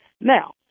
Now